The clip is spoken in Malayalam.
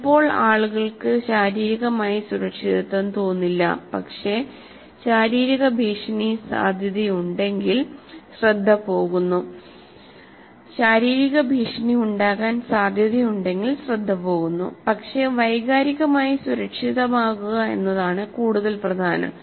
ചിലപ്പോൾ ആളുകൾക്ക് ശാരീരികമായി സുരക്ഷിതത്വം തോന്നില്ല പക്ഷേ ശാരീരിക ഭീഷണി ഉണ്ടാകാൻ സാധ്യതയുണ്ടെങ്കിൽ ശ്രദ്ധ പോകുന്നു പക്ഷേ വൈകാരികമായി സുരക്ഷിതമാകുക എന്നതാണ് കൂടുതൽ പ്രധാനം